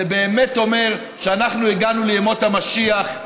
זה באמת אומר שאנחנו הגענו לימות המשיח,